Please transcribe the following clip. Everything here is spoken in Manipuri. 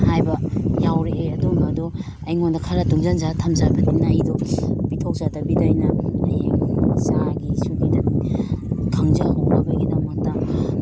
ꯍꯥꯏꯕ ꯌꯥꯎꯔꯛꯑꯦ ꯑꯗꯨꯝꯕꯗꯣ ꯑꯩꯉꯣꯟꯗ ꯈꯔ ꯇꯨꯡꯖꯟꯅꯔ ꯊꯝꯖꯕꯅꯤꯅ ꯑꯩꯗꯣ ꯄꯤꯊꯣꯛꯆꯗꯕꯤꯕ ꯑꯩꯅ ꯍꯌꯦꯡ ꯏꯆꯥꯒꯤ ꯏꯁꯨꯒꯤꯗ ꯈꯪꯖꯍꯧꯅꯕꯩꯗꯃꯛꯇ